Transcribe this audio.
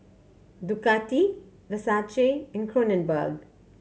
Ducati Versace and Kronenbourg